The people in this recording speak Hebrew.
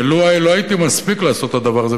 ולו לא הייתי מספיק לעשות את הדבר הזה,